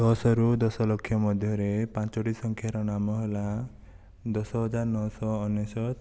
ଦଶରୁ ଦଶ ଲକ୍ଷ ମଧ୍ୟରେ ପାଞ୍ଚୋଟି ସଂଖ୍ୟାର ନାମ ହେଲା ଦଶ ହଜାର ନଅ ଶହ ଅନେଶତ